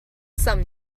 some